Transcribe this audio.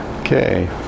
okay